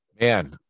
man